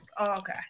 okay